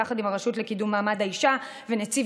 יחד עם הרשות לקידום מעמד האישה ונציב